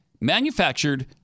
manufactured